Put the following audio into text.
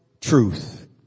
truth